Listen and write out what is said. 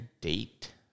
date